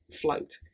float